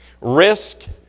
Risk